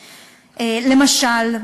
למשל,